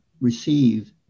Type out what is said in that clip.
receive